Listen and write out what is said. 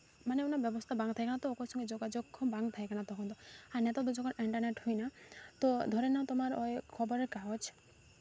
ᱢᱟᱱᱮ ᱩᱱᱟᱹᱜ ᱵᱮᱵᱚᱥᱛᱷᱟ ᱵᱟᱝ ᱛᱟᱦᱮᱸ ᱠᱟᱱᱟ ᱛᱚ ᱚᱠᱚᱭ ᱥᱚᱸᱜᱮ ᱡᱳᱜᱟᱡᱳᱜ ᱦᱚᱸ ᱵᱟᱝ ᱛᱟᱦᱮᱸ ᱠᱟᱱᱟ ᱛᱚᱠᱷᱚᱱ ᱫᱚ ᱟᱨ ᱱᱮᱛᱟᱨ ᱫᱚ ᱡᱚᱠᱷᱚᱱ ᱤᱱᱴᱟᱨᱱᱮᱹᱴ ᱦᱩᱭᱱᱟ ᱛᱳ ᱫᱷᱚᱨᱮ ᱱᱟᱣ ᱛᱳᱢᱟᱨ ᱳᱭ ᱠᱷᱚᱵᱚᱨᱮᱨ ᱠᱟᱜᱚᱡᱽ